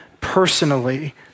personally